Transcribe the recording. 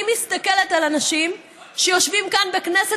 אני מסתכלת על אנשים שיושבים כאן בכנסת